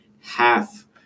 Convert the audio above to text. half